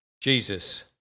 Jesus